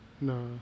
No